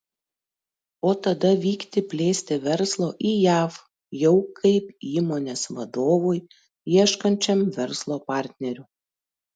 o tada vykti plėsti verslo į jav jau kaip įmonės vadovui ieškančiam verslo partnerių